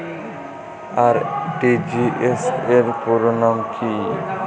RTGS র পুরো নাম কি?